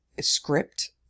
script